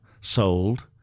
sold